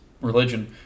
religion